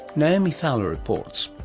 naomi fowler reports.